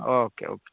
okay okay